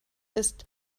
ist